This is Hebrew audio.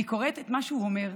אני קוראת את מה שהוא אומר.